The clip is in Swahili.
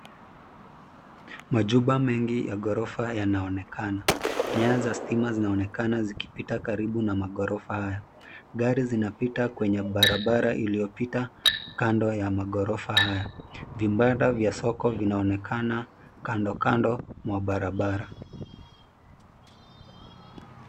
Majumba mengi ya ghorofa yanaonekana. Nyaya za stima zinaonekana zikipita karibu na maghorofa haya. Gari zinapita kwenye barabara iliopita kando ya maghorofa haya. Vibanda vya soko vinaonekana kando kando mwa barabara.